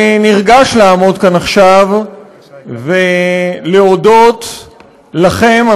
אני נרגש לעמוד כאן עכשיו ולהודות לכם,